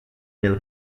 mil